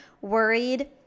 worried